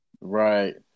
Right